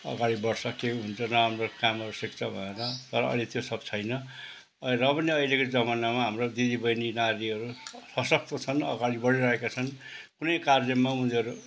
अगाडि बढ्छ केही हुन्छ नराम्रो काम सिक्छ भनेर तर अहिले त्यो सब छैन र पनि अहिलेको जमनामा हाम्रो दिदी बहिनी नारीहरू सशक्त छन् अगाडि बढिरहेका छन् कुनै कार्यमा उनीहरू